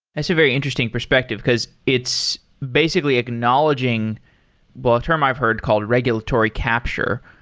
that's a very interesting perspective, because it's basically acknowledging well, a term i've heard called regulatory capture,